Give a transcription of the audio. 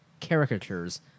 caricatures